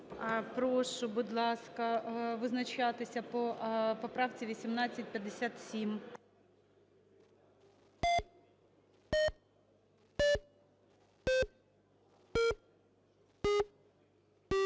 Прошу, будь ласка, визначатися по поправці 1857.